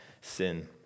sin